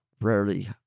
rarely